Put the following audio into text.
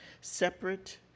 separate